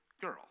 girl